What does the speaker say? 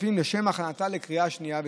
הכספים לשם הכנתה לקריאה השנייה והשלישית.